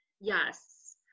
yes